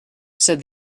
said